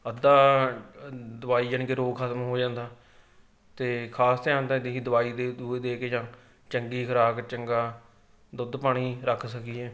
ਅੱਧਾ ਦਵਾਈ ਯਾਨੀ ਕਿ ਰੋਗ ਖ਼ਤਮ ਹੋ ਜਾਂਦਾ ਅਤੇ ਖ਼ਾਸ ਧਿਆਨ ਤਾਂ ਐਦੀ ਹੀ ਕਿ ਦਵਾਈ ਦੇ ਦਵੂਈ ਦੇ ਕੇ ਜਾਂ ਚੰਗੀ ਖੁਰਾਕ ਚੰਗਾ ਦੁੱਧ ਪਾਣੀ ਰੱਖ ਸਕੀਏ